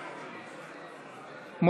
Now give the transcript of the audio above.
נכון?